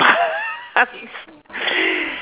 months